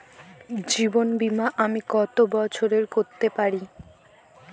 জীবন বীমা আমি কতো বছরের করতে পারি?